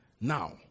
Now